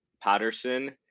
Patterson